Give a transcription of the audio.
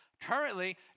currently